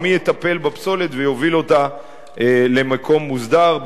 או מי יטפל בפסולת ויוביל אותה למקום מוסדר,